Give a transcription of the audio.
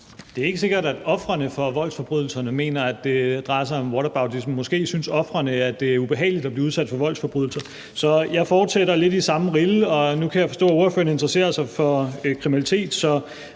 Det er ikke sikkert, at ofrene for forbrydelserne mener, at det drejer sig om whataboutism? Måske synes ofrene, at det er ubehageligt at blive udsat for voldsforbrydelser. Så jeg fortsætter lidt i samme rille. Nu kan jeg forstå, at ordføreren interesserer sig for kriminalitet,